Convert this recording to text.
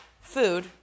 Food